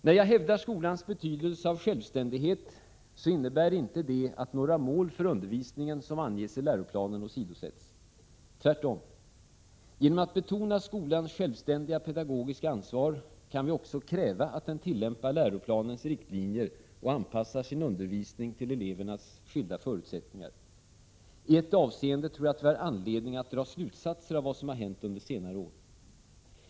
När jag hävdar skolans behov av självständighet innebär det inte att några mål för undervisningen så som de anges i läroplanen åsidosätts. Tvärtom: Genom att betona skolans självständiga pedagogiska ansvar kan vi också kräva att den tillämpar läroplanens riktlinjer och anpassar sin undervisning till elevernas skilda förutsättningar. I ett avseende tror jag att vi har anledning att dra slutsatser av vad som har hänt under senare år.